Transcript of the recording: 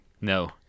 No